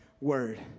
word